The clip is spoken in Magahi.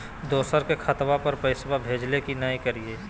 दोसर के खतवा पर पैसवा भेजे ले कि करिए?